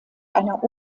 einer